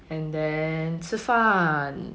and then 吃饭